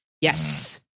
Yes